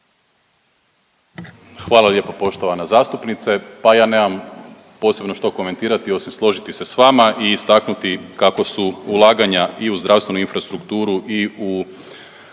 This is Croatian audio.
Hvala lijepo poštovana zastupnice. Pa ja nemam posebno što komentirati osim složiti se s vama i istaknuti kako su ulaganja i u zdravstvenu infrastrukturu i u